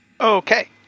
Okay